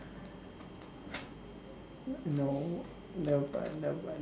no but no but